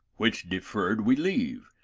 which deferred we leave,